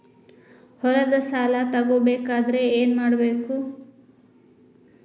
ಹೊಲದ ಸಾಲ ತಗೋಬೇಕಾದ್ರೆ ಏನ್ಮಾಡಬೇಕು?